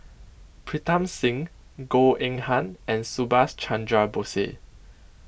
Pritam Singh Goh Eng Han and Subhas Chandra Bose